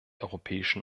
europäischen